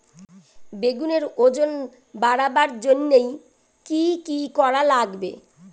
বেগুনের ওজন বাড়াবার জইন্যে কি কি করা লাগবে?